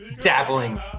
dabbling